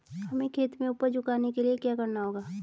हमें खेत में उपज उगाने के लिये क्या करना होगा?